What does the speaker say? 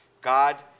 God